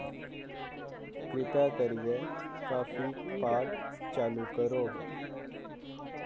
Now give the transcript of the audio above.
किरपा करियै काफी पाट चालू करो